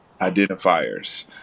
identifiers